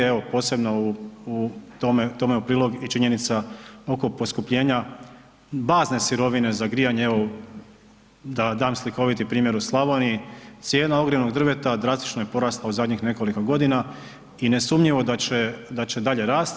Evo, posebno u, tome u prilog i činjenica oko poskupljenja bazne sirovine za grijanje, evo da dam slikoviti primjer u Slavoniji cijena ogrjevnog drveta drastično je porasla u zadnjih nekoliko godina i nesumnjivo da će dalje rasti.